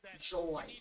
joy